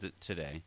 today